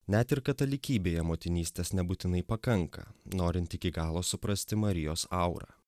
net ir katalikybėje motinystės nebūtinai pakanka norint iki galo suprasti marijos aurą